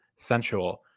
sensual